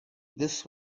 this